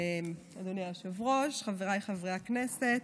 אדוני היושב-ראש, חבריי חברי הכנסת,